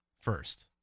first